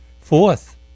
fourth